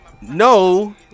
No